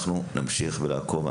אנחנו נמשיך ונעקוב.